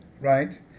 right